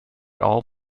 all